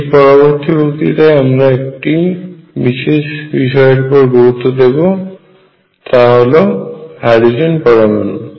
এর পরবর্তী বক্তৃতায় আমরা একটি বিশেষ বিষয়ের উপর গুরুত্ব দেব তা হল হাইড্রোজেন পরমাণু